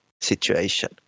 situation